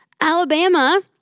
Alabama